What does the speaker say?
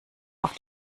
auf